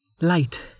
Light